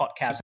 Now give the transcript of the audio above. podcast